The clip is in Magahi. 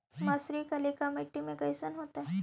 मसुरी कलिका मट्टी में कईसन होतै?